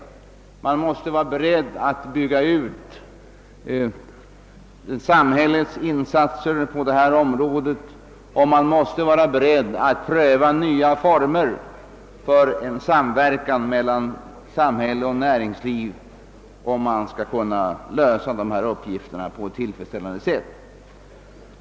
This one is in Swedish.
Vi måste vara beredda att bygga ut samhällets insatser därvidlag och pröva nya former för samverkan mellan samhälle och näringsliv, om vi skall kunna lösa problemen på ett tillfredsställande sätt.